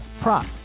prop